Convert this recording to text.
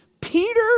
Peter